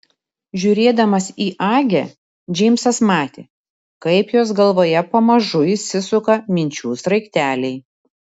žiūrėdamas į agę džeimsas matė kaip jos galvoje pamažu įsisuka minčių sraigteliai